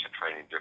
training